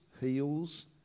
heals